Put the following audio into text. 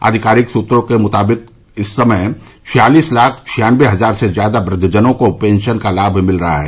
आधिकारिक सुत्रों के मुताबिक इस समय छियालीस लाख छियान्नवे हज़ार से ज़्यादा वृद्वजनों को पेंशन का लाभ मिल रहा है